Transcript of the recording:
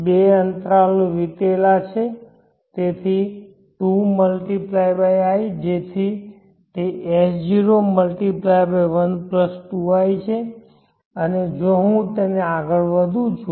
બે અંતરાલો વીતેલા છે તેથી 2 × i તેથી તે S0×12i છે અને જો હું તેને આગળ વધું છું